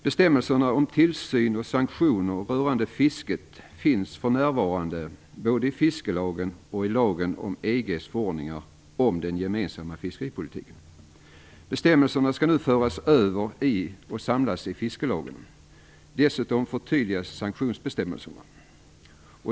Bestämmelserna om tillsyn och sanktioner rörande fiske finns för närvarande både i fiskelagen och i lagen om EG:s förordningar om den gemensamma fiskeripolitiken. Bestämmelserna skall nu föras över till och samlas i fiskelagen. Dessutom förtydligas sanktionsbestämmelserna.